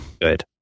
good